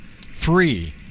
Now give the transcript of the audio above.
three